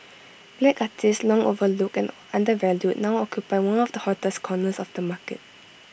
black artists long overlooked and undervalued now occupy one of the hottest corners of the market